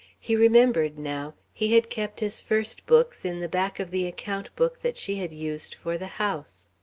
he remembered now he had kept his first books in the back of the account book that she had used for the house.